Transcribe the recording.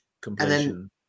completion